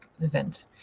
event